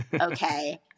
Okay